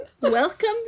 Welcome